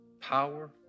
power